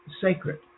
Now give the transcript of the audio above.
sacred